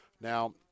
Now